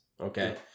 Okay